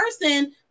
person